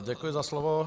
Děkuji za slovo.